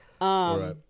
right